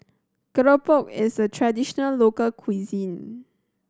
keropok is a traditional local cuisine